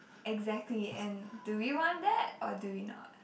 exactly and do we want that or do we not